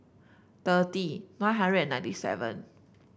thirty nine hundred and ninety seven